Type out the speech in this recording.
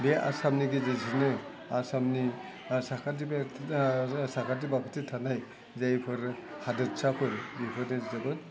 बे आसामनि गेजेरजोंनो आसामनि साखाथि बे जोंहा साखाथि बाखाथि थानाय जायफोर हादोरसाफोर बेफोरदों जोबोद